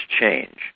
change